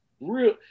Real